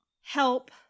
Help